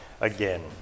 again